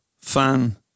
fan